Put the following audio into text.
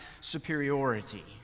superiority